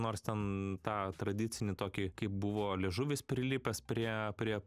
nors ten tą tradicinį tokį kaip buvo liežuvis prilipęs prie prie